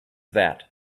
that